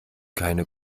keine